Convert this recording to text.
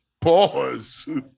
Pause